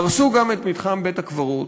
והרסו גם את מתחם בית-הקברות.